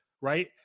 right